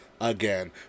Again